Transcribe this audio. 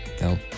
no